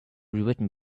rewritten